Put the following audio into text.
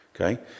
okay